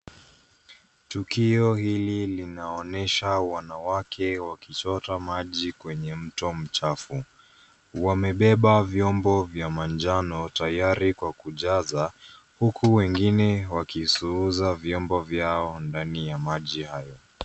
Tukio hili linaonyesha wanawake wakichota maji kwenye mto mchafu. Wamebeba vyombo vya manjano tayari kwa kujaza huku wengine wakisuuza vyombo vyao ndani ya maji hayo.